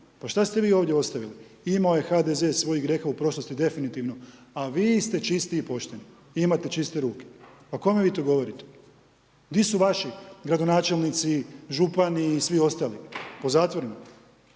Pa šta ste vi ovdje ostavili? Imao je HDZ svojih grijeha u prošlosti definitivno. A vi ste čisti i pošteni i imate čiste ruke, pa kome vi to govorite? Gdje su vaši gradonačelnici, župani i svi ostali? Po zatvorima.